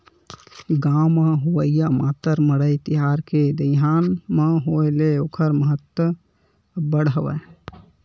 गाँव म होवइया मातर मड़ई तिहार के दईहान म होय ले ओखर महत्ता अब्बड़ हवय